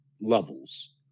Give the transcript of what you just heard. levels